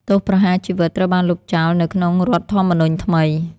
ទោសប្រហារជីវិតត្រូវបានលុបចោលនៅក្នុងរដ្ឋធម្មនុញ្ញថ្មី។